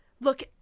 Look